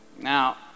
now